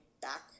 back